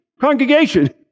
Congregation